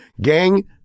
Gang